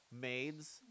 maids